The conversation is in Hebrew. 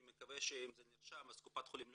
אני מקווה שאם זה נרשם קופת חולים לא